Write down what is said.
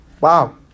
Wow